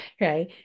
right